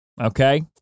Okay